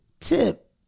Tip